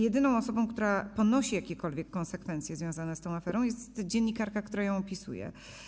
Jedyną osobą, która ponosi jakiekolwiek konsekwencje związane z tą aferą, jest dziennikarka, która ją opisuje.